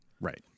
right